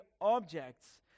objects